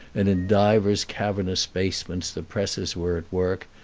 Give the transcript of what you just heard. and in divers cavernous basements the presses were at work,